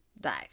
dive